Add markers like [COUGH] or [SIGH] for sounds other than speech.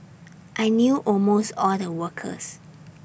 [NOISE] I knew almost all the workers